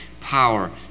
power